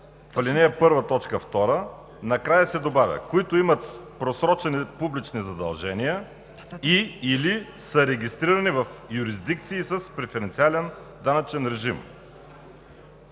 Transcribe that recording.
в ал. 1, т. 2 накрая се добавя: „които имат просрочени публични задължения и/или са регистрирани в юрисдикции с преференциален данъчен режим“.